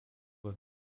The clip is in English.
have